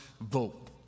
vote